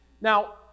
Now